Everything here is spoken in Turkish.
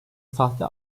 sahte